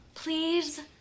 Please